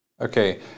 Okay